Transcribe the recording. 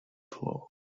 floor